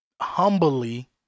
humbly